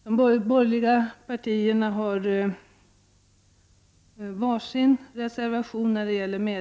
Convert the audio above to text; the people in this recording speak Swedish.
De borgerliga partierna har var sin reservation.